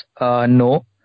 No